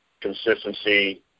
consistency